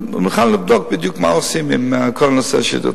לבדוק בדיוק מה עושים בכל הנושא של ההידרותרפיה.